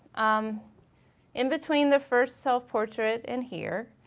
um in between the first self-portrait and here,